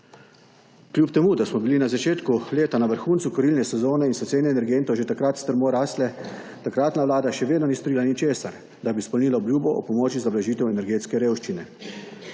Kljub temu, da smo bili na začetku leta na vrhuncu kurilne sezone in so cene energentov že takrat strmo rasle, takratna Vlada še vedno ni storila ničesar, da bi storila obljubo o pomoči za blažitev energetske revščine.